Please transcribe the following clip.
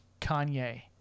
Kanye